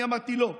אני אמרתי: לא,